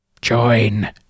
Join